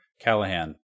callahan